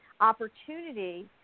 opportunity